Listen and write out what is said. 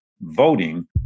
voting